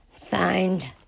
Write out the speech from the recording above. find